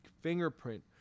fingerprint